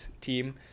team